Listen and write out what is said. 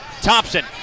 Thompson